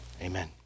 Amen